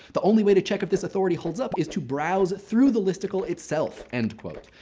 the only way to check if this authority holds up is to browse through the listicle itself, end quote.